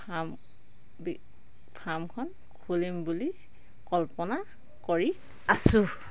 farm ফাৰ্মখন খুলিম বুলি কল্পনা কৰি আছোঁ